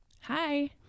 Hi